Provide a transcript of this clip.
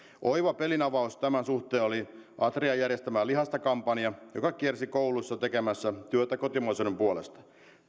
oiva pelinavaus tämän suhteen oli atrian järjestämä lihasta kampanja joka kiersi kouluissa tekemässä työtä kotimaisuuden puolesta